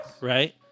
right